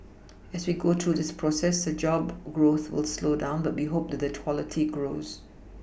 as we go through this process the job growth will slow down but we hope that the quality grows